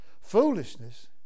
foolishness